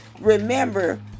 remember